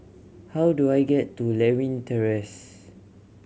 how do I get to Lewin Terrace